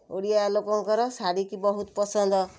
ଓଡ଼ିଆ ଲୋକଙ୍କର ଶାଢୀ କି ବହୁତ ପସନ୍ଦ